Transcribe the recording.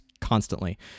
constantly